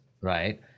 right